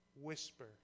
whisper